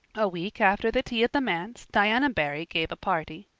a week after the tea at the manse diana barry gave a party.